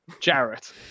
Jarrett